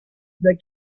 the